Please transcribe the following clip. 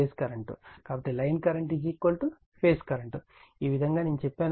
కాబట్టి line current phase current ఈ విధంగా నేను చెప్పాను